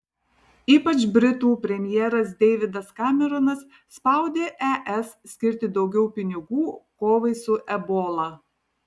ypač britų premjeras deividas kameronas spaudė es skirti daugiau pinigų kovai su ebola